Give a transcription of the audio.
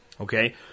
Okay